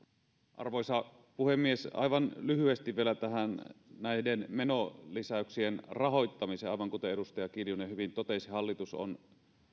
arvoisa puhemies aivan lyhyesti vielä tähän näiden menolisäyksien rahoittamiseen aivan kuten edustaja kiljunen hyvin totesi hallitus on